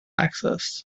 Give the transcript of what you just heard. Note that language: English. access